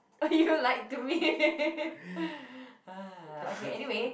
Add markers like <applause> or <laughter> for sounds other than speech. you lied to me <laughs> ah okay anyway